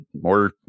more